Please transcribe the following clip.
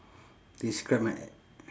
describe an a~